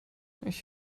ich